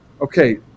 Okay